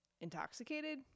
intoxicated